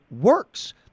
works